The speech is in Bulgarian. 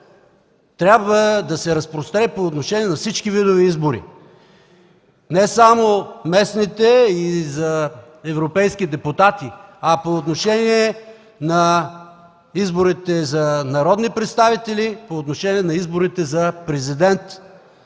трябва да се разпростре по отношение на всички видове избори – не само местните, за европейски депутати, а и по отношение на изборите за народни представители, по отношение на изборите за президент.